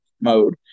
mode